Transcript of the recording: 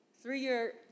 Three-year